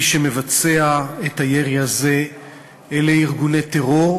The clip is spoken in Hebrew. מי שמבצעים את הירי הזה אלה ארגוני טרור,